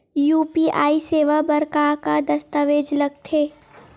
UPI सेवा बर का का दस्तावेज लगथे?